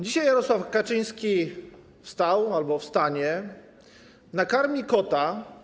Dzisiaj Jarosław Kaczyński wstał albo wstanie, nakarmi kota.